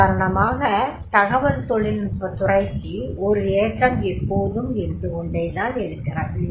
உதாரணமாக தகவல் தொழில்நுட்பத்துறைக்கு ஒரு ஏற்றம் எப்போதும் இருந்துகொண்டுதான் இருக்கிறது